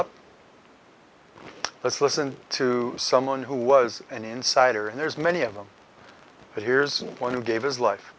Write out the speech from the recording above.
up let's listen to someone who was an insider and there's many of them but here's one who gave us li